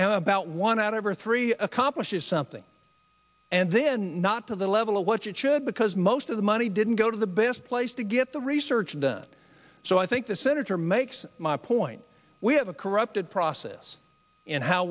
and about one out of or three accomplishes something and then not to the level of what you should because most of the money didn't go to the best place to get the research done so i think the senator makes my point we have a corrupted process and how